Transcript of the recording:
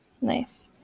Nice